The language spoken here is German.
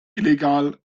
illegal